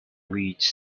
reeds